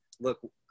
look